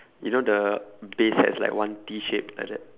you know the base has like one T shape like that